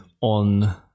on